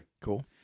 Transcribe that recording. Cool